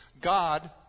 God